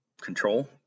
control